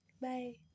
bye